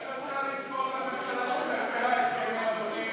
איך אפשר לסמוך על הממשלה שמפרה הסכמים חתומים?